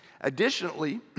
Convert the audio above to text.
Additionally